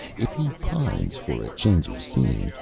if he pines for a change of scene,